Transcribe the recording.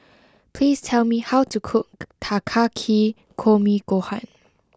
please tell me how to cook Takikomi Gohan